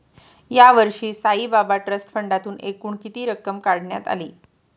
यावर्षी साईबाबा ट्रस्ट फंडातून एकूण किती रक्कम काढण्यात आली?